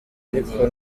ariko